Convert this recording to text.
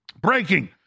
Breaking